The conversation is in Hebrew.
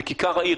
בכיכר העיר,